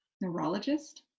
neurologist